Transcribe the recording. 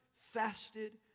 fasted